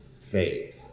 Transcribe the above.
faith